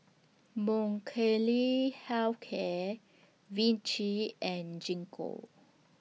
Health Care Vichy and Gingko